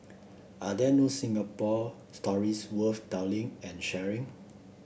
are there no Singapore stories worth telling and sharing